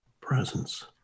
presence